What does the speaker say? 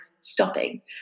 stopping